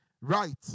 right